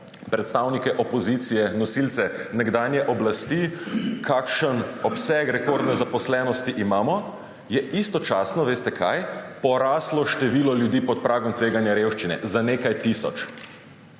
predstavnike opozicije, nosilce nekdanje oblasti, kakšen obseg rekordne zaposlenosti imamo, je istočasno – veste, kaj? Poraslo število ljudi pod pragom tveganja revščine, za nekaj tisoč.